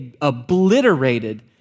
obliterated